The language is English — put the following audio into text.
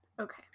Okay